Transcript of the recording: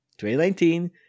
2019